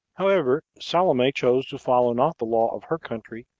however, salome chose to follow not the law of her country,